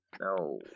No